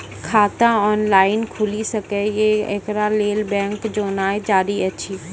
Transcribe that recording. खाता ऑनलाइन खूलि सकै यै? एकरा लेल बैंक जेनाय जरूरी एछि?